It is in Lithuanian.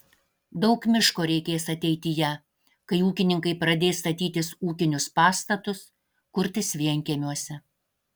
daug miško reikės ateityje kai ūkininkai pradės statytis ūkinius pastatus kurtis vienkiemiuose